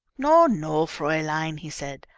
no, no, fraulein, he said.